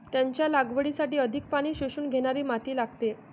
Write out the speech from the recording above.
त्याच्या लागवडीसाठी अधिक पाणी शोषून घेणारी माती लागते